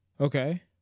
Okay